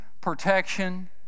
protection